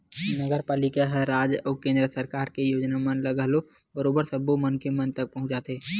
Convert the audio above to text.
नगरपालिका ह राज अउ केंद्र सरकार के योजना मन ल घलो बरोबर सब्बो मनखे मन तक पहुंचाथे